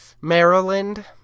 Maryland